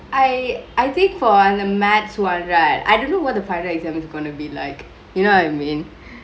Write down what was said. I I think for the maths one right I don't know what the final exam is gonna be like you know what I mean